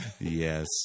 Yes